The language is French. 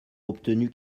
obtenu